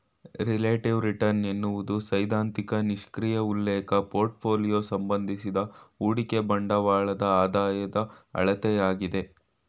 relative return ಎನ್ನುವುದು ಸೈದ್ಧಾಂತಿಕ ನಿಷ್ಕ್ರಿಯ ಉಲ್ಲೇಖ ಪೋರ್ಟ್ಫೋಲಿಯೋ ಸಂಬಂಧಿಸಿದ ಹೂಡಿಕೆ ಬಂಡವಾಳದ ಆದಾಯ ಅಳತೆಯಾಗಿದೆ